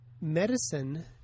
Medicine